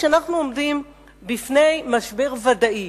כשאנחנו עומדים בפני משבר ודאי,